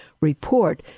report